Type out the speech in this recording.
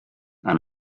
and